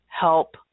help